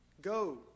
Go